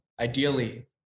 ideally